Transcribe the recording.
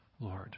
Lord